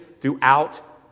throughout